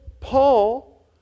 Paul